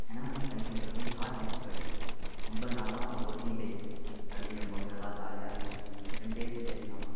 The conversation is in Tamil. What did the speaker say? ஏன்னால் செகண்ட் செமஸ்டர் வந்து சாட் செமஸ்ட்ரு ஐம்பது நாள்தான் ஒர்க்கிங் டே அப்படிங்கிறம்போது நல்லா ஜாலியாக இருந்துச்சி ரெண்டே தியரி தான்